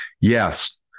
Yes